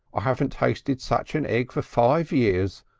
i haven't tasted such an egg for five years.